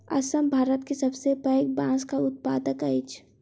असम भारत के सबसे पैघ बांसक उत्पादक अछि